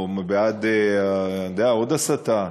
או בעד עוד הסתה.